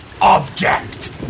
object